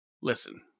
listen